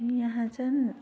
यहाँ चाहिँ